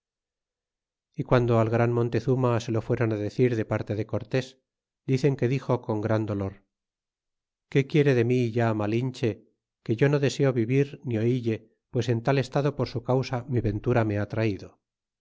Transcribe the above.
y guando al gran montezutna se lo fuéron ó decir de parte de cortés dicen que dixo con gran dolor qué quiere de mi ya malinche que yo no deseo vivir ni oille pues en tal estado por su causa mi ventura me ha traido